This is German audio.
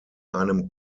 einem